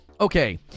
okay